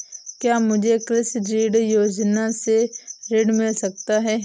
क्या मुझे कृषि ऋण योजना से ऋण मिल सकता है?